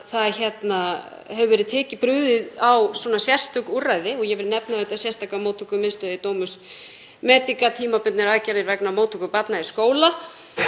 það hefur verið brugðið á sérstök úrræði og ég vil nefna sérstaka móttökustöð í Domus Medica, tímabundnar aðgerðir vegna móttöku barna í skóla.